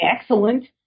excellent